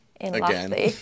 Again